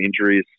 injuries